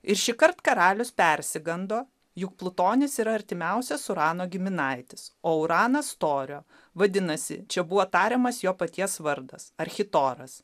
ir šįkart karalius persigando juk plutonis yra artimiausias urano giminaitis o uranas storio vadinasi čia buvo tariamas jo paties vardas architoras